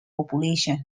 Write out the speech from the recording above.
populations